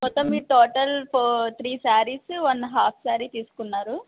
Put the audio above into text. మొత్తం మీ total four three saris one half sari తీసుకున్నారు